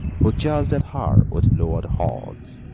who charged at her with lowered horns.